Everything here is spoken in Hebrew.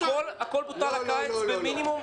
הכול בוטל לקיץ במינימום?